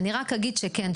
אני רק אגיד שכן,